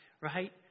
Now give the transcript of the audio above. right